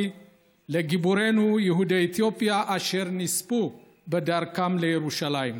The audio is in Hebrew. לגיבורינו יהודי אתיופיה אשר נספו בדרכם לירושלים.